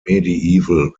medieval